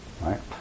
right